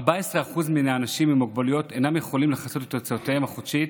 14% מן האנשים עם המוגבלויות אינם יכולים לכסות את הוצאותיהם החודשיות,